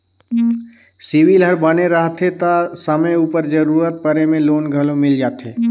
CIBIL हर बने रहथे ता समे उपर जरूरत परे में लोन घलो मिल जाथे